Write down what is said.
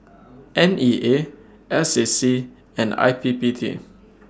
N E A S A C and I P P T